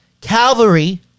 Calvary